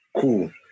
Cool